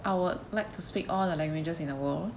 I would like to speak all the languages in the world